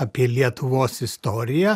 apie lietuvos istoriją